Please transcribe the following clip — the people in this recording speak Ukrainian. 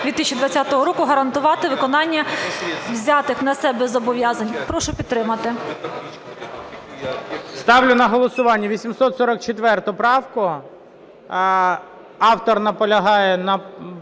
2020 року гарантувати виконання взятих на себе зобов'язань. Прошу підтримати. ГОЛОВУЮЧИЙ. Ставлю на голосування 844 правку, автор наполягає на